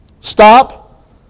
Stop